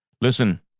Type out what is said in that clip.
Listen